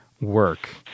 work